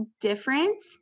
different